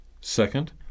Second